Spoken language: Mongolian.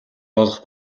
олох